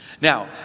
Now